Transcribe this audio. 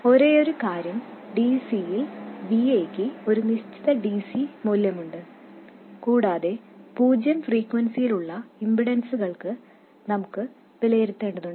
ഒരേയൊരു കാര്യം dc യിൽ Va ക്ക് ഒരു നിശ്ചിത dc മൂല്യമുണ്ട് കൂടാതെ പൂജ്യം ഫ്രീക്വെൻസിയിലുള്ള ഇംപിഡെൻസുകൾ നമുക്ക് വിലയിരുത്തേണ്ടതുണ്ട്